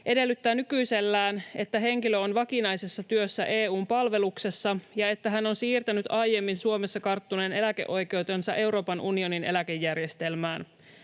edellyttää nykyisellään, että henkilö on vakinaisessa työssä EU:n palveluksessa ja että hän on siirtänyt aiemmin Suomessa karttuneen eläkeoikeutensa Euroopan unionin eläkejärjestelmään.